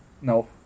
no